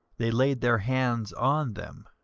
they laid their hands on them.